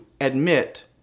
admit